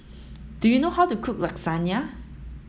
do you know how to cook Lasagna